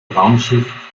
raumschiff